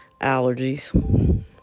Allergies